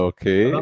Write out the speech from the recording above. Okay